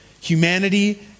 Humanity